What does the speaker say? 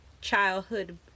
childhood